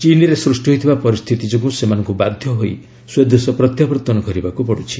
ଚୀନ୍ରେ ସୃଷ୍ଟି ହୋଇଥିବା ପରିସ୍ଥିତି ଯୋଗୁଁ ସେମାନଙ୍କୁ ବାଧ୍ୟ ହୋଇ ସ୍ୱଦେଶ ପ୍ରତ୍ୟାବର୍ତ୍ତନ କରିବାକୁ ପଡ଼ୁଛି